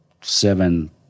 seven